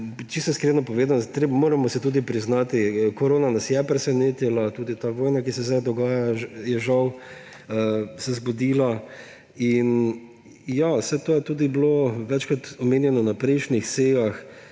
čisto iskreno povedano moramo si tudi priznati, korona nas je presenetila, tudi ta vojna, ki se sedaj dogaja – žal se je zgodila. Ja, vse to je tudi bilo večkrat omenjeno na prejšnjih sejah,